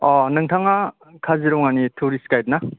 अह नोंथाङा काजिरङानि tourists guide ना